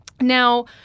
Now